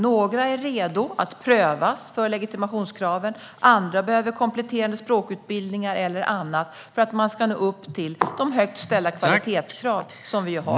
Några är redo att prövas för legitimationskravet - andra behöver kompletterande språkutbildningar eller annat för att man ska nå upp till de högt ställda kvalitetskrav som vi har.